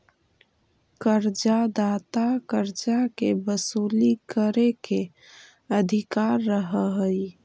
कर्जा दाता कर्जा के वसूली करे के अधिकार रखऽ हई